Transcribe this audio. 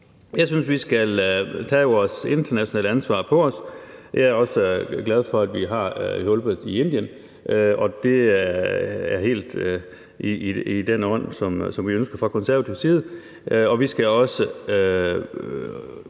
Jeg synes, vi skal tage vores internationale ansvar på os. Jeg er også glad for, at vi har hjulpet i Indien, og det er helt i den ånd, som vi ønsker fra konservativ side. Vi skal også